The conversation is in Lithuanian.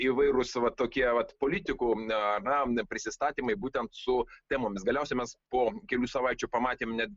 įvairūs va tokie vat politikų na prisistatymai būtent su temomis galiausiai mes po kelių savaičių pamatėm net